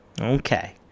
Okay